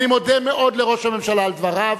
אני מודה מאוד לראש הממשלה על דבריו